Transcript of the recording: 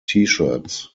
shirts